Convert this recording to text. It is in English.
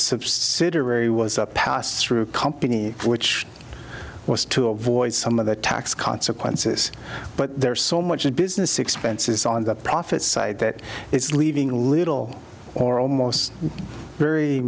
subsidiary was a pass through company which was to avoid some of the tax consequences but there's so much that business expenses on the profit side that it's leaving little or almost very